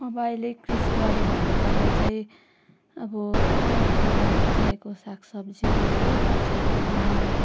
अब अहिले कृषिबारे भन्नुपर्दा चाहिँ अब गाउँठाउँमा उब्जाएको सागसब्जी है फसलहरू धान